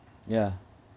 yeah